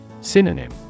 Synonym